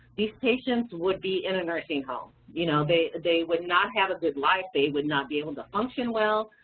these patients would be in a nursing home, you know, they would not have a good life, they would not be able to function well,